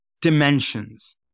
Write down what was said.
dimensions